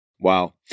Wow